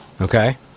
okay